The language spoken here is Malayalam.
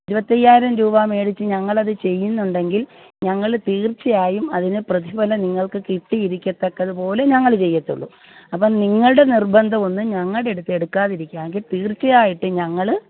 ഇരുപത്തി അയ്യായിരം രൂപ മേടിച്ച് ഞങ്ങളത് ചെയ്യുന്നുണ്ടെങ്കിൽ ഞങ്ങൾ തീർച്ചയായും അതിന് പ്രതിഫലം നിങ്ങൾക്ക് കിട്ടിയിരിത്തക്കതു പോലെ ഞങ്ങൾ ചെയ്യത്തുള്ളൂ അപ്പോൾ നിങ്ങളുടെ നിർബന്ധമൊന്നും ഞങ്ങടടുത്ത് എടുക്കാതെ ഇരിക്കാമെങ്കിൽ തീർച്ചയായിട്ടും ഞങ്ങൾ